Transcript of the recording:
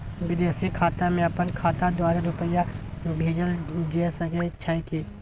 विदेशी खाता में अपन खाता द्वारा रुपिया भेजल जे सके छै की?